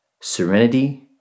serenity